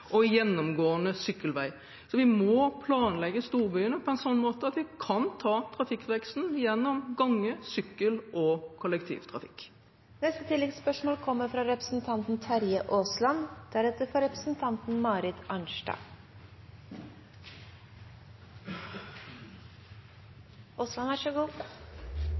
og gjennomgående sykkelvei. Så vi må planlegge storbyene på en sånn måte at vi kan ta trafikkveksten gjennom gange, sykkel og kollektivtrafikk.